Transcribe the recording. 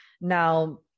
Now